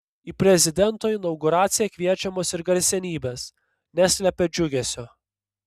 į prezidento inauguraciją kviečiamos ir garsenybės neslepia džiugesio